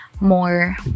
more